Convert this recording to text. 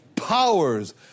powers